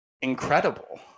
incredible